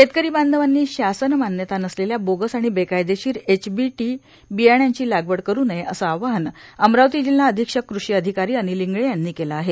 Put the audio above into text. शेतकरी बांधवांनी शासन मान्यता नसलेल्या बोगस आणि बेकायदेशीर एचटीबीटी बियाण्याची लागवड करु नयेए असं आवाहन अमरावती जिल्हा अधिक्षक कृषी अधिकारी अनिल इंगळे यांनी केलं आहे